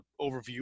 overview